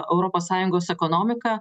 europos sąjungos ekonomika